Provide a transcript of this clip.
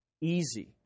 easy